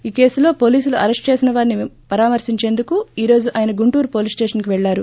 ఈ కేసులో పోలీసులు అరెస్టు చేసిన వారిని పరామర్శించేందుకు ఈ రోజు ఆయన గుంటూరు పోలీస్ స్టేషన్కు పెళ్ళారు